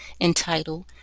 entitled